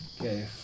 Okay